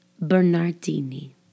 Bernardini